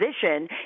position